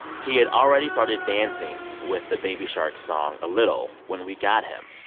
he had already started dancing with the baby shark song a little when we got him.